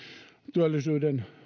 työllisyyden